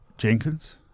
Jenkins